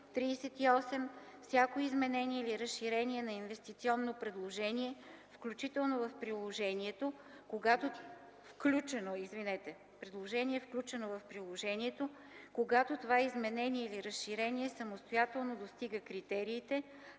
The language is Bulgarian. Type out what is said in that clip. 38. Всяко изменение или разширение на инвестиционно предложение, включено в приложението, когато това изменение или разширение самостоятелно достига критериите,